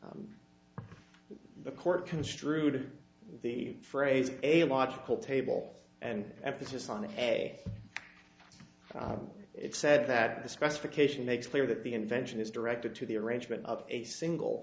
board the court construed the phrase a logical table and emphasis on a it said that the specification makes clear that the invention is directed to the arrangement of a single